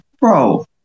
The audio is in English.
bro